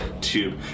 tube